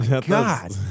God